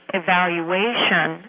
evaluation